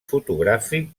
fotogràfic